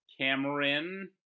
Cameron